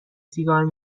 سیگار